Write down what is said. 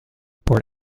port